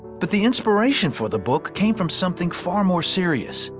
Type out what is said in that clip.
but the inspiration for the book came from something far more serious.